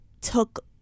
took